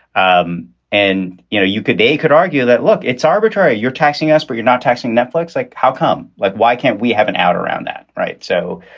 um and you know you could they could argue that, look, it's arbitrary, you're taxing us, but you're not taxing netflix. like, how come? like, why can't we have an ad around that? right. so